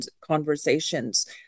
conversations